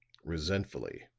resentfully.